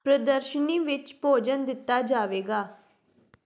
ਪ੍ਰਦਰਸ਼ਨੀ ਵਿੱਚ ਭੋਜਨ ਦਿੱਤਾ ਜਾਵੇਗਾ